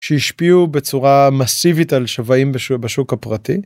שהשפיעו בצורה מסיבית על שווים בשוק הפרטי.